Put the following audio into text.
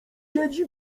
siedzi